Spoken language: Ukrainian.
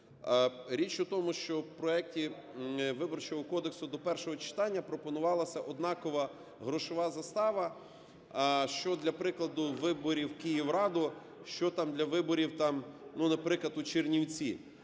Річ у тому, що в проекті Виборчого кодексу до першого читання пропонувалася однакова грошова застава, що, для прикладу, виборів Київради, що, там, для виборів, там, ну, наприклад, у Чернівцях.